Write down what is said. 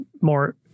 more